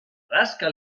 rasca